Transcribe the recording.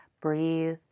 breathe